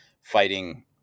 fighting